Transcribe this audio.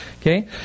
Okay